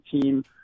team